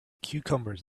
cucumbers